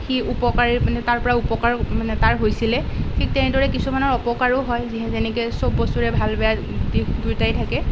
সি উপকাৰ মানে তাৰ পৰা উপকাৰ মানে তাৰ হৈছিলে ঠিক তেনেদৰে কিছুমানৰ অপকাৰো হয় যি যেনেকৈ চব বস্তুৰে ভাল বেয়া দিশ দুয়োটাই থাকে